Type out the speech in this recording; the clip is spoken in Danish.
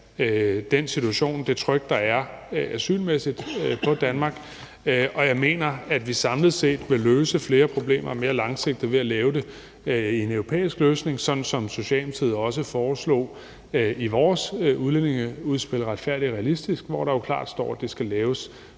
hensyn til asylansøgninger, og jeg mener, at vi samlet set vil løse flere problemer mere langsigtet ved at lave en europæisk løsning, sådan som Socialdemokratiet også foreslog i vores udlændingeudspil »Retfærdig og realistisk«, hvor der jo klart står, at det skal laves